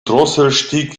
drosselstieg